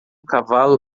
cavalo